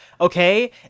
Okay